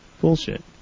Bullshit